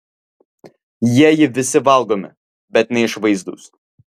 jieji visi valgomi bet neišvaizdūs